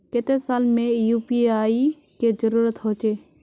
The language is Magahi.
केते साल में यु.पी.आई के जरुरत होचे?